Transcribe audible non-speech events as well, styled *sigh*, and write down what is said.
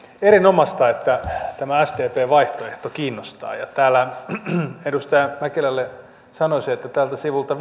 erinomaista että tämä sdpn vaihtoehto kiinnostaa ja edustaja mäkelälle sanoisin että täältä sivulta *unintelligible*